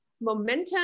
momentum